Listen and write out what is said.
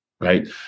right